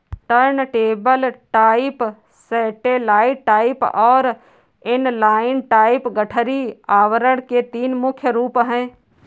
turntable type, satellite type और inline type गठरी आवरण के तीन मुख्य रूप है